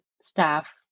staff